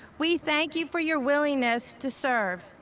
we thank you for your willingness to serve.